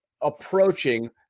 approaching